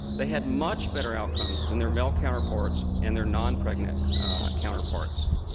they had much better outcomes than their male counterparts and their nonpregnant counterparts.